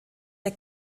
der